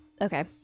Okay